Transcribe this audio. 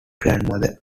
grandmother